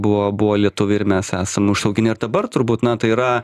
buvo buvo lietuviai ir mes esam užauginę ir dabar turbūt na tai yra